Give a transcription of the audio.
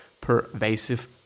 pervasive